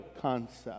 concept